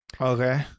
Okay